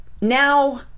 now